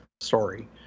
story